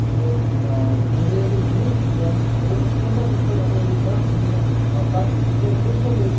یِمو انٛگریزو زیٖنِکھ یہِ جنٛگ اور تمہِ پَتہٕ یِژ پھِر یِمو یہِ جنٛگ زیٖن پَتہٕ یِژ پھِر برونٛہہ کُن لٔگۍ